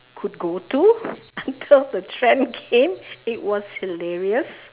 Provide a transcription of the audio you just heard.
could go to cause the trend came it was hilarious